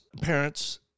Parents